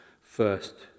first